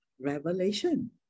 revelation